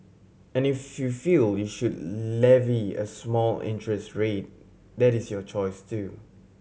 and if you feel you should levy a small interest rate that is your choice too